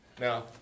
Now